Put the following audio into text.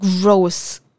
Gross